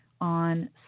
On